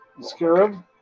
Scarab